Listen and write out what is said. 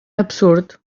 absurd